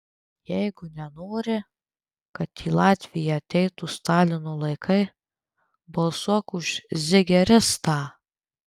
jeigu nenori kad į latviją ateitų stalino laikai balsuok už zigeristą